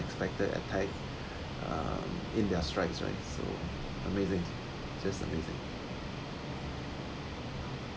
~pected attack um in their strides right so amazing just amazing